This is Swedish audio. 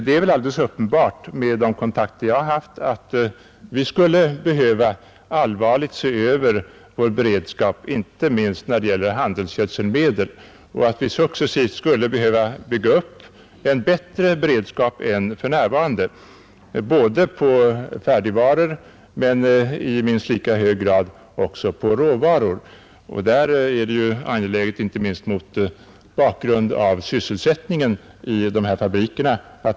Det är väl uppenbart — det har jag fått klart för mig genom de kontakter jag har haft — att vi allvarligt skulle behöva se över vår beredskap, inte minst när det gäller handelsgödselmedel, och att vi successivt skulle behöva bygga upp en bättre beredskap än den vi för närvarande har, både när det gäller färdigvaror och i minst lika hög grad när det gäller råvaror.